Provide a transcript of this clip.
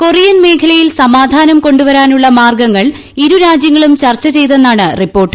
Korean മേഖലയിൽ സമാധാനം കൊ ുവരാനുള്ള മാർഗ്ഗങ്ങൾ ഇരു രാജ്യങ്ങളും ചർച്ച ചെയ്തെന്നാണ് റിപ്പോർട്ട്